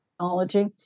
technology